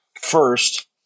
First